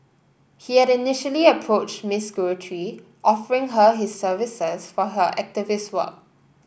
he had initially approached Miss Guthrie offering her his services for her activist work